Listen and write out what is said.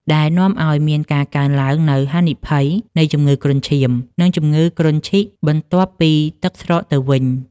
ដែលនាំឱ្យមានការកើនឡើងនូវហានិភ័យនៃជំងឺគ្រុនឈាម និងជំងឺគ្រុនឈីកបន្ទាប់ពីទឹកស្រកទៅវិញ។